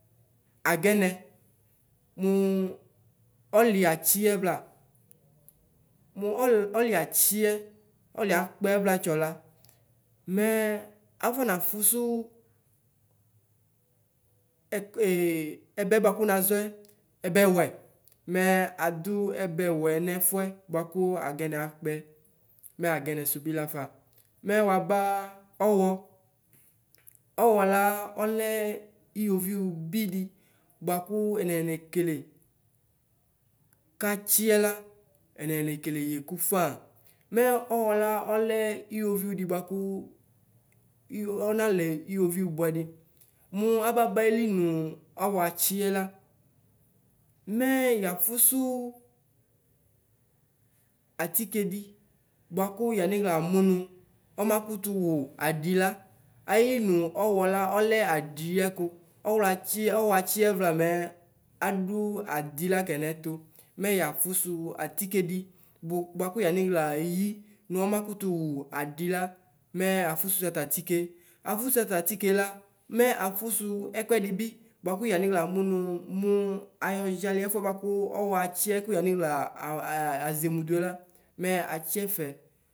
Agɛnɛ, nu ɔlɩ atsiyɛ vla mu ɔlɩ atsiyɛ, ɔli akpɛwlatsɔ la mɛ afɔna fusu ɛk ɛbɛ buaku nazɔɛ ɛloɛwɛ mɛ adu ɛbɛwɛ nɛfuɛ agɛnɛ akpɛ, mɛ agɛnɛsu bi lafa. Mɛ waba ɔwɔ, ɔwɔla ɔlɛ iwoviʋ bidi buaku ɛnayi nekele katsiyɛla ɛnayi nekele yeku faa mɛ ɔwɔla ɔlɛ iwoviʋ di buaku iwo ɔnalɛ iwoviʋ bʋɛdi. Mʋ ababa ayili nʋ ɔwɔ atsiyɛ la, mɛ yafusu atikedi buaku yanixla amʋnʋ ɔmakutu wu adila ayili nu ɔwɔla ɔlɛ adiɛku ɔwlɔ atsiɛ ɔwɔ atsiɛvla mɛ adʋ adila kɛ nɛtʋ. Mɛ yafusu atikedi buaku yanixla eyi nu ɔmakutu adila mɛ afusu ɔtatike, afusu ɔtatike la mɛ afusu ɛkʋɛdi bi buaku yanixla amumu mu ayɔjali ɛfuɛ buaku ɔwɔ atsiɛ ku nanyixla azemu duela mɛ atsɩɛfɛ.